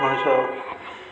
ମଣିଷ